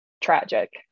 tragic